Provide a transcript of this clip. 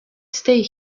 stay